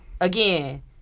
again